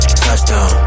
touchdown